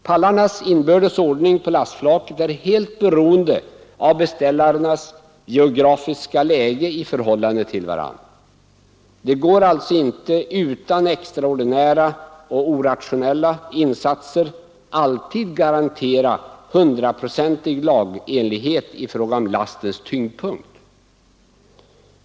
Pallarnas inbördes ordning på lastflaket är helt beroende av beställarnas geografiska läge i förhållande till varandra. Det går alltså inte att utan extraordinära och orationella insatser alltid garantera hundraprocentig lagenlighet i fråga om lastens tyngdpunkt.